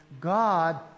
God